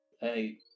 Hey